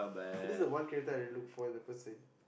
so this one of the character I look forward in the phase